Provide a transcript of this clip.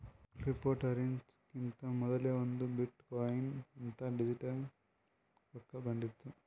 ಕ್ರಿಪ್ಟೋಕರೆನ್ಸಿಕಿಂತಾ ಮೊದಲೇ ಒಂದ್ ಬಿಟ್ ಕೊಯಿನ್ ಅಂತ್ ಡಿಜಿಟಲ್ ರೊಕ್ಕಾ ಬಂದಿತ್ತು